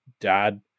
dad